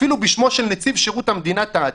אפילו בשמו של נציב שירות המדינה טעתה.